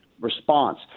response